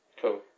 Cool